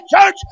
church